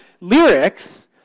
lyrics